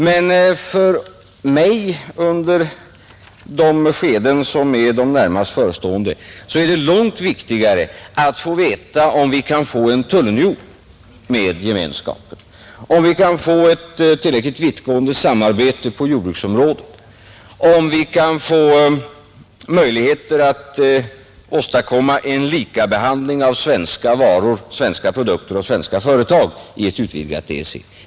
Men för mig är det under de skeden som är närmast förestående långt viktigare att få veta, om vi kan få en tullunion med Gemenskapen, om vi kan få ett tillräckligt vittgående samarbete på jordbruksområdet och om vi kan få möjligheter att åstadkomma en likabehandling av svenska produkter och svenska företag i ett utvidgat EEC.